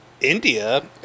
India